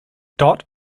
dot